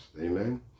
Amen